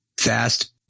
fast